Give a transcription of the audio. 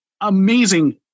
amazing